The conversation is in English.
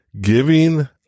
Giving